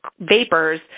vapors